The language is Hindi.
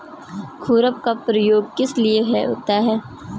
खुरपा का प्रयोग किस लिए होता है?